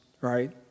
right